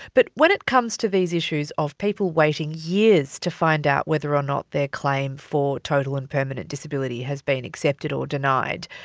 but when it comes to these issues of people waiting years to find out whether or not their claim for total and permanent disability has been accepted or denied,